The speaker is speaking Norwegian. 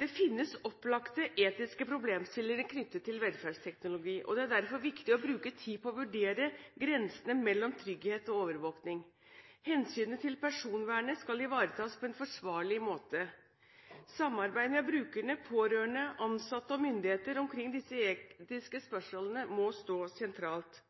det finnes opplagte etiske problemstillinger knyttet til velferdsteknologi, og det er derfor viktig å bruke tid på å vurdere grensene mellom trygghet og overvåking. Hensynet til personvernet skal ivaretas på en forsvarlig måte. Samarbeid med brukerne, pårørende, ansatte og myndigheter omkring disse etiske spørsmålene må stå sentralt,